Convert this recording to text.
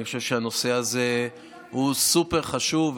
אני חושב שהנושא הזה הוא סופר-חשוב,